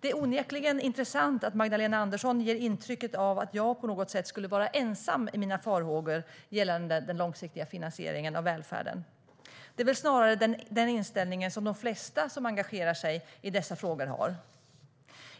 Det är onekligen intressant att Magdalena Andersson ger intrycket av att jag på något sätt skulle vara ensam i mina farhågor gällande den långsiktiga finansieringen av välfärden. Det är väl snarare den inställning som de flesta som engagerar sig i dessa frågor har.